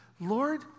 Lord